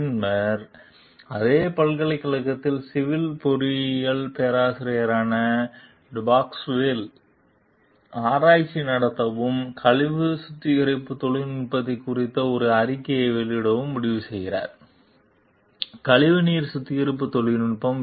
பின்னர் அதே பல்கலைக்கழகத்தில் சிவில் பொறியியல் பேராசிரியரான டெபாஸ்குவேல் ஆராய்ச்சி நடத்தவும் கழிவுநீர் சுத்திகரிப்பு தொழில்நுட்பம் குறித்த ஒரு ஆய்வறிக்கையை வெளியிடவும் முடிவு செய்கிறார் கழிவுநீர் சுத்திகரிப்பு தொழில்நுட்பம்